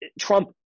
Trump